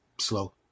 slow